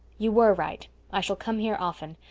you were right i shall come here often.